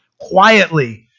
quietly